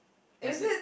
as in